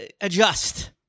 adjust